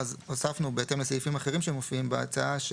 הוספנו, בהתאם לסעיפים אחרים שמופיעים בהצעה: